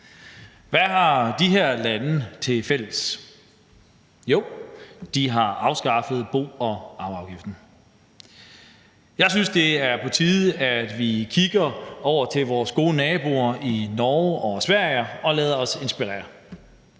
hvad har de her lande til fælles? De har afskaffet bo- og arveafgiften. Jeg synes, det er på tide, at vi kigger over til vores gode naboer i Norge og Sverige og lader os inspirere.